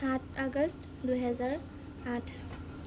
সাত আগষ্ট দুহেজাৰ আঠ